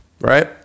right